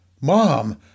mom